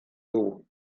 dugu